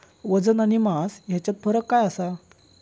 वजन आणि मास हेच्यात फरक काय आसा?